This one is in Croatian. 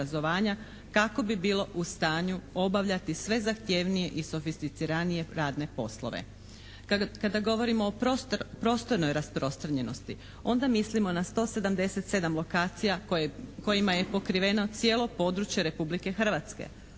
kako bi bila u stanju obavljati sve zahtjevnije i sofisticiranije radne poslove. Kada govorimo o prostornoj rasprostranjenosti, onda mislimo na 177 lokacija koje, kojima je pokriveno cijelo područje Republike Hrvatske,